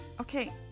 okay